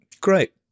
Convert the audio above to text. Great